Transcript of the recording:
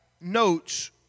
notes